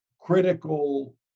critical